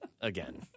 again